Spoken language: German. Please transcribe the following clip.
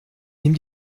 nimm